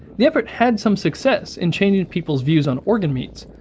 the effort had some success in changing people's views on organ meats,